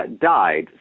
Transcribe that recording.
died